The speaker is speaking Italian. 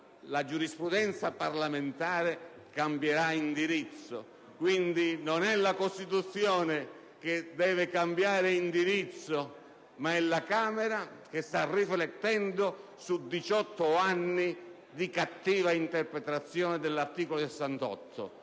la giurisprudenza parlamentare cambierà indirizzo. Quindi, non è la Costituzione che deve cambiare indirizzo, ma è la Camera che sta riflettendo su 18 anni di cattiva interpretazione dell'articolo 68.